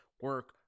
Work